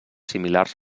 similars